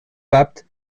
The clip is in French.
bapt